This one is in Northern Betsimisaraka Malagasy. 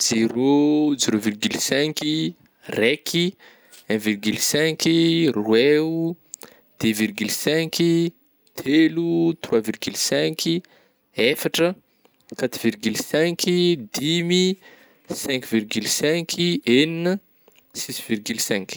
Zero, zero virgule cinq i, raiky, un virgule cinq i, roe o, deux virgule cinq, telo, trois virgule cinq, efatra, quatre virgule cinq, dimy, cinq virgule cinq, enina, six virgule cinq.